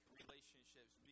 relationships